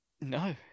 No